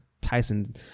Tyson